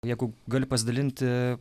jeigu gali pasidalinti